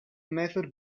method